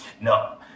No